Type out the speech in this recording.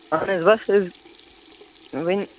اَہَن حظ بَس حظ وِۅنۍ